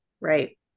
right